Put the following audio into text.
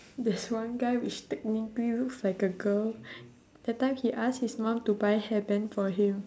there's one guy which technically looks like a girl that time he ask his mum to buy hair band for him